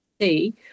see